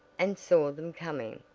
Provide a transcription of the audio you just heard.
and saw them coming.